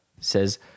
says